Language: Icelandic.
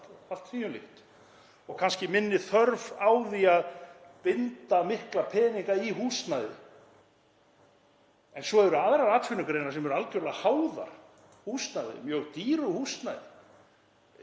og því um líkt og kannski minni þörf á því að binda mikla peninga í húsnæði. En svo eru aðrar atvinnugreinar sem eru algerlega háðar húsnæði, mjög dýru húsnæði.